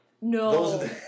No